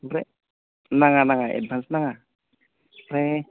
ओमफ्राय नाङा नाङा एडभान्स नाङा ओमफ्राय